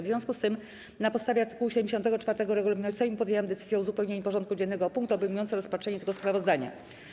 W związku z tym, na podstawie art. 74 regulaminu Sejmu, podjęłam decyzję o uzupełnieniu porządku dziennego o punkt obejmujący rozpatrzenie tego sprawozdania.